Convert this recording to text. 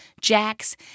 jacks